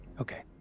Okay